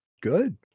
good